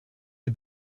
die